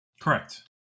correct